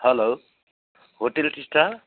hello hotel Teesta